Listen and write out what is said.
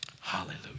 Hallelujah